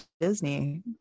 Disney